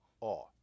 awe